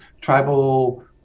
tribal